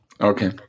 Okay